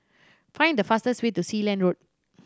find the fastest way to Sealand Road